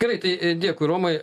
gerai tai dėkui romai